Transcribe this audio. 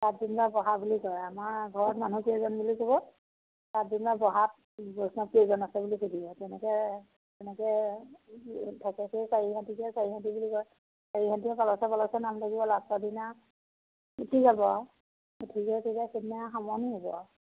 তাত যেনিবা বহা বুলি কয় আমাৰ ঘৰত মানুহকেইজন বুলি ক'ব তাত যেনিবা বহাত বৈষ্ণৱ কেইজন আছে বুলি সুধিব তেনেকৈ তেনেকৈ ভকতে চাৰি হাতীকে চাৰি হাতী বুলি কয় চাৰি হাতীয়ে নাম ডাকিব লাষ্টৰ দিনা উঠি যাব আৰু উঠি গৈ পিনে সেইদিনাই সামৰণি হ'ব আৰু